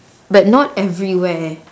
but not everywhere